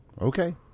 Okay